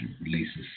releases